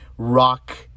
Rock